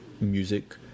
music